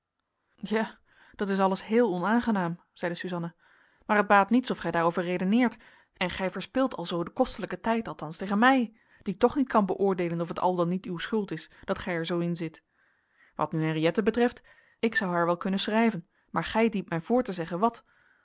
ja dat is alles heel onaangenaam zeide suzanna maar het baat niets of gij daar over redeneert en gij verspilt alzoo den kostelijken tijd althans tegen mij die toch niet kan beoordeelen of het al dan niet uw schuld is dat gij er zoo in zit wat nu henriëtte betreft ik zou haar wel kunnen schrijven maar gij dient mij voor te zeggen wat